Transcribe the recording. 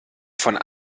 von